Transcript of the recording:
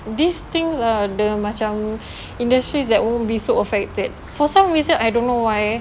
these things are the macam industries that won't be so affected for some reason I don't know why